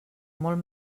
molt